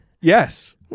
Yes